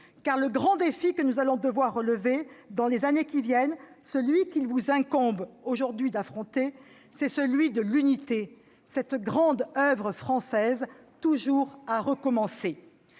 Le grand défi que nous allons devoir relever dans les années qui viennent, celui qu'il vous incombe aujourd'hui d'affronter, c'est celui de l'unité, cette grande oeuvre française toujours à recommencer.